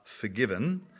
forgiven